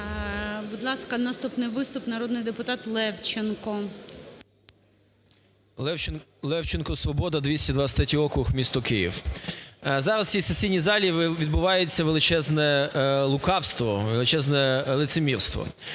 Будь ласка, наступний виступ народний депутат Левченко. 16:51:12 ЛЕВЧЕНКО Ю.В. Левченко, "Свобода", 223 округ, місто Київ. Зараз у цій сесійній залі відбувається величезне лукавство, величезне лицемірство.